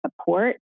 support